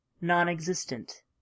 Non-existent